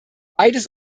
beides